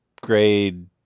grade